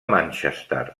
manchester